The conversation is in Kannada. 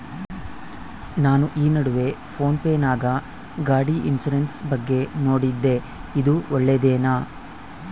ನಾನು ಈ ನಡುವೆ ಫೋನ್ ಪೇ ನಾಗ ಗಾಡಿ ಇನ್ಸುರೆನ್ಸ್ ಬಗ್ಗೆ ನೋಡಿದ್ದೇ ಇದು ಒಳ್ಳೇದೇನಾ?